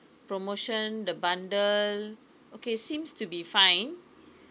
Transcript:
promotion the bundle okay seems to be fine